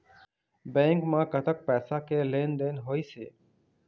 Bank म कतक पैसा के लेन देन होइस हे?